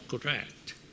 correct